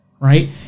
right